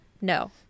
no